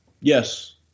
Yes